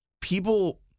People